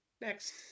Next